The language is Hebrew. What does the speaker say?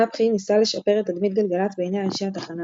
נפחי ניסה לשפר את תדמית גלגלצ בעיני אנשי התחנה,